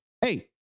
hey